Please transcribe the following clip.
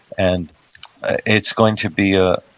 and it's going to be a